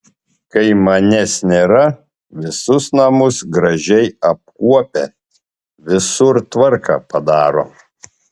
kai manęs nėra visus namus gražiai apkuopia visur tvarką padaro